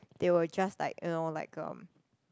they will just like you know like um